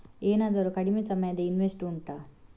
ಏನಾದರೂ ಕಡಿಮೆ ಸಮಯದ ಇನ್ವೆಸ್ಟ್ ಉಂಟಾ